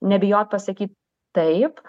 nebijot pasakyt taip